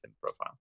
profile